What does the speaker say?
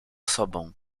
sobą